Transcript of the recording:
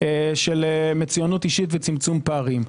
של מצוינות אישית וצמצום פערים.